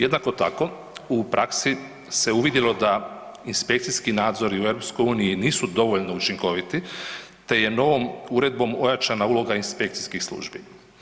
Jednako tako, u praksi se uvidjelo da inspekcijski nadzori u EU nisu dovoljno učinkoviti te je novom uredbom ojačana uloga inspekcijskih službi.